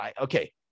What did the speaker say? Okay